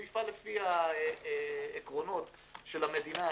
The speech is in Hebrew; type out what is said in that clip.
הוא יפעל לפי העקרונות של המדינה השכנה,